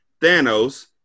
Thanos